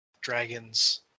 dragons